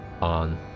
on